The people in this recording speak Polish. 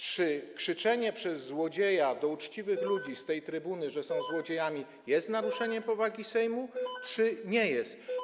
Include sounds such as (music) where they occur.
Czy krzyczenie przez złodzieja do uczciwych ludzi z tej trybuny, (noise) że są złodziejami, jest naruszeniem powagi Sejmu, czy nie jest?